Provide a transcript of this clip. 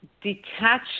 detach